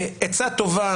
עצה טובה,